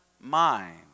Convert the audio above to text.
mind